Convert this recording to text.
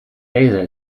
laser